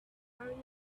hurrying